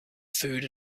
food